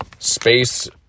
space